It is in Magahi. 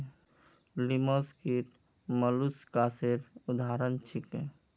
लिमस कीट मौलुसकासेर उदाहरण छीके